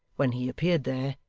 when he appeared there,